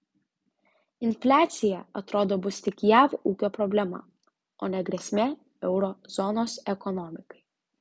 infliacija atrodo bus tik jav ūkio problema o ne grėsmė euro zonos ekonomikai